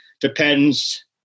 depends